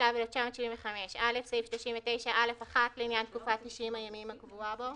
התשל"ו 1975‏: (א)סעיף 39(א)(1) לעניין תקופת 90 הימים הקבועה בו.